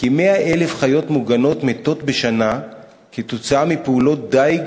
כ-100,000 חיות מוגנות מתות בשנה כתוצאה מפעולות דיג,